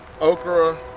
okra